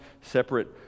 separate